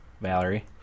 Valerie